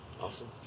Awesome